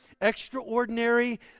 extraordinary